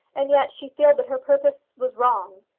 and yet she feared that her purpose was wrong.